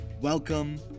welcome